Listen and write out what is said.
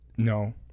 No